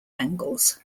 angles